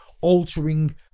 altering